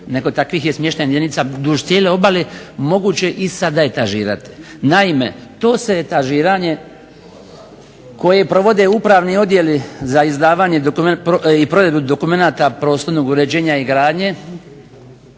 je takvih smještajnih jedinica duž cijele obale moguće sada i etažirati. Naime, to se etažiranje koje provode upravni odjeli za izdavanje i provedbu dokumenata prostornog uređenja i gradnje,